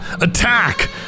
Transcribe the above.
ATTACK